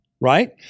Right